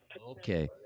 okay